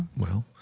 well,